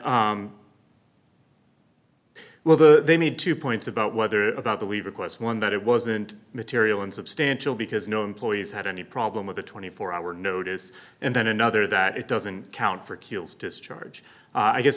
well the they made two points about whether about the leave requests one that it wasn't material and substantial because no employees had any problem with the twenty four hour notice and then another that it doesn't count for kills discharge i guess